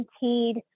guaranteed